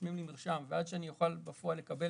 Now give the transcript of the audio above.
שרושמים לי מרשם ועד שאני אוכל בפועל לקבל